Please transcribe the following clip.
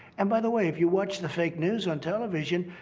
and by the way, if you watch the fake news on television,